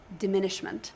diminishment